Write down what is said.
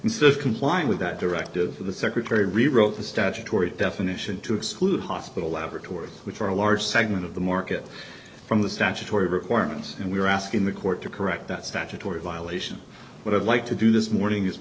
instead of complying with that directive the secretary rewrote the statutory definition to exclude hospital laboratory which are a large segment of the market from the statutory requirements and we are asking the court to correct that statutory violation what i'd like to do this morning